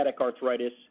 arthritis